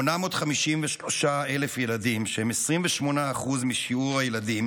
853,000 ילדים, שהם 28% משיעור הילדים